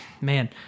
man